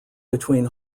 between